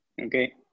Okay